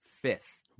fifth